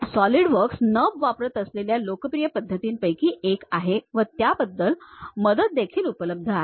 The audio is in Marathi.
सॉलिडवर्क्स NURBS वापरत असलेल्या लोकप्रिय पद्धतींपैकी एक आहे व त्याबद्दल मदत देखील उपलब्ध आहे